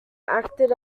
acted